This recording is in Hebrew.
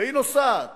והיא נוסעת